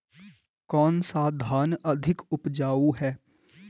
कौन सा धान अधिक उपजाऊ है?